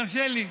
תרשה לי.